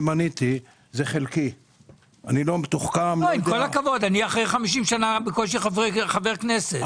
עם כל הכבוד, אני אחרי 50 שנה בקושי חבר כנסת.